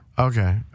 Okay